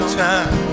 time